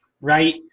right